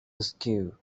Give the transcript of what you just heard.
askew